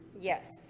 Yes